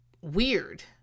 weird